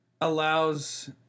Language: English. allows